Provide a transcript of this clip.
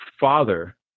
father